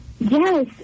Yes